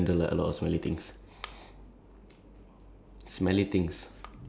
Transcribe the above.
ya but it it comes with a consequences also like you will be like